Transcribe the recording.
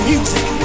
music